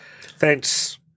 Thanks